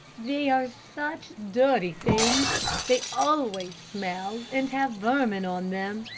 they are such dirty things they always smell and have vermin on them.